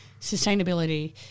sustainability